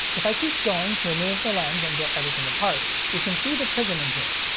if i keep going to remove the lens and get everything apart, you can see the prism in here.